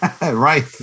right